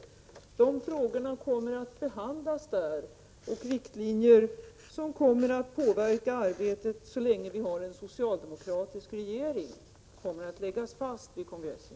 Dessa frågor kommer att behandlas där, och riktlinjer som kommer att påverka arbetet så länge vi har en socialdemokratisk regering kommer att läggas fast vid kongressen.